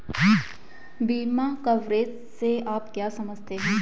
बीमा कवरेज से आप क्या समझते हैं?